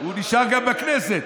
הוא נשאר גם בכנסת.